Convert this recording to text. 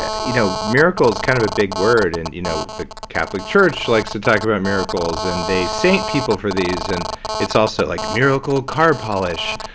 you know miracle is kind of a big word. and you know the catholic church likes to talk about miracles and they send people for these and it's also like miracle car polish.